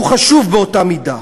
והוא חשוב באותה המידה,